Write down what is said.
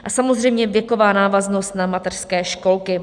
A samozřejmě věková návaznost na mateřské školky.